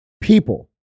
people